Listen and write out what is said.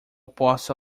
possa